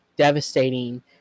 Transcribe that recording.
devastating